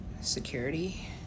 security